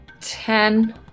Ten